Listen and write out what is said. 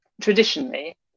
traditionally